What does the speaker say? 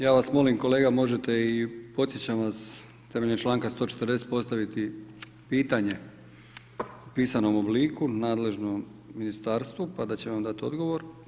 Ja vas molim kolega možete i podsjećam vas temeljem članka 140. postaviti pitanje u pisanom obliku nadležnom ministarstvu, pa da će vam dati odgovor.